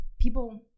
people